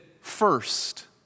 first